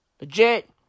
Legit